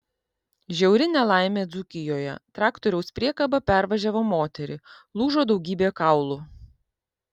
žiauri nelaimė dzūkijoje traktoriaus priekaba pervažiavo moterį lūžo daugybė kaulų